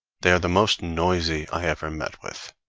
they are the most noisy i ever met with.